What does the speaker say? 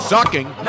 Sucking